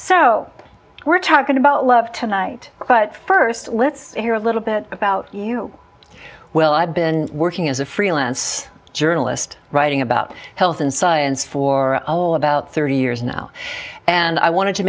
so we're talking about love tonight but first let's hear a little bit about you well i've been working as a freelance journalist writing about health and science for a while about thirty years now and i wanted to